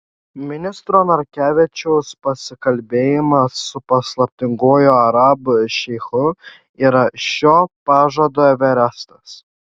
ministro narkevičiaus pasikalbėjimas su paslaptinguoju arabų šeichu yra šio pažado everestas